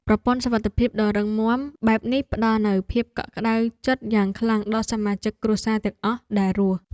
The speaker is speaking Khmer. ប្រព័ន្ធសុវត្ថិភាពដ៏រឹងមាំបែបនេះផ្តល់នូវភាពកក់ក្តៅចិត្តយ៉ាងខ្លាំងដល់សមាជិកគ្រួសារទាំងអស់ដែលរស់។